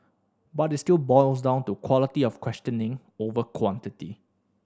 but it still boils down to quality of questioning over quantity